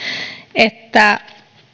että